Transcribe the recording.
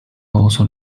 also